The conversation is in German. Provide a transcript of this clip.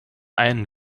einen